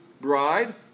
bride